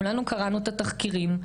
כולנו קראנו את התחקירים.